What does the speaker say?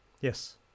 yes